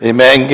Amen